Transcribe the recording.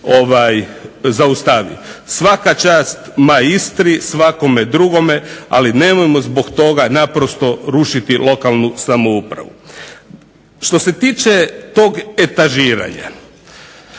način zaustavi. Svaka čast MAI Istri, svakome drugome ali nemojmo zbog toga naprosto rušiti lokalnu samoupravu. Što se tiče etažiranja,